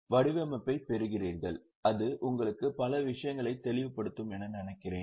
வடிவமைப்பைப் பாருங்கள் அது உங்களுக்கு பல விஷயங்களை தெளிவுபடுத்தும் என்று நினைக்கிறேன்